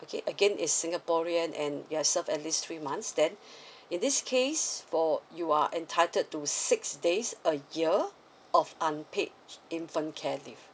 okay again it's singaporean and you have served at least three months then in this case for you are entitled to six days a year of unpaid infant care leave